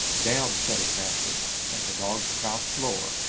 down! said his master and the dog crouched lower,